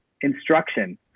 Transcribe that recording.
instruction